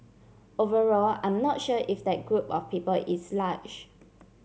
overall I'm not sure if that group of people is large